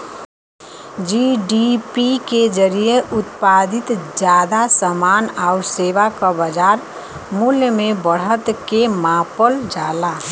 GDP के जरिये उत्पादित जादा समान आउर सेवा क बाजार मूल्य में बढ़त के मापल जाला